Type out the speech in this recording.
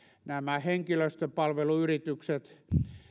nämä henkilöstöpalveluyritykset